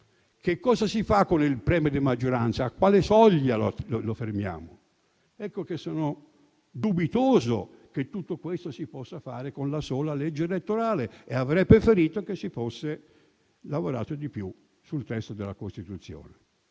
tre? Cosa si fa con il premio di maggioranza: a quale soglia lo fermiamo? Ecco che sono dubitoso che tutto questo si possa fare con la sola legge elettorale e avrei preferito che si fosse lavorato di più sul testo della Costituzione.